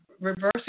reversing